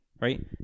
right